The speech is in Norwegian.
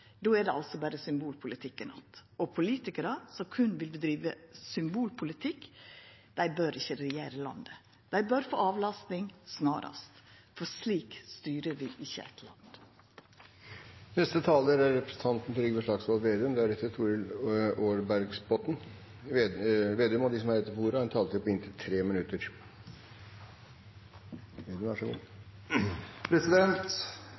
Då er det altså berre symbolpolitikken att – og politikarar som berre vil driva symbolpolitikk, bør ikkje regjera landet. Dei bør få avlasting snarast, for slik styrer vi ikkje eit land. De talere som heretter får ordet, har en taletid på inntil